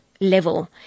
level